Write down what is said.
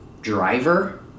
driver